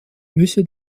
müsse